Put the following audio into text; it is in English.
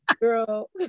girl